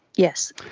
yes,